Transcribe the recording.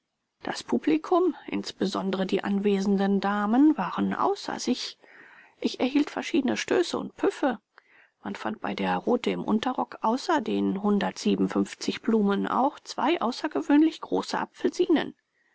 das publikum insbesondere die anwesenden damen waren außer sich ich erhielt verschiedene stöße und püffe man fand bei der rothe im unterrock außer den blumen auch zwei außergewöhnlich große apfelsinen